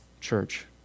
church